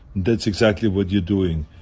that's exactly what you're doing.